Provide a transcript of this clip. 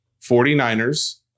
49ers